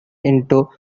into